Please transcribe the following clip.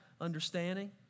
understanding